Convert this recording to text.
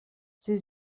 sie